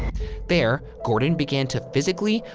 there, gordon began to physically,